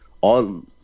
on